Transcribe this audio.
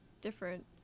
different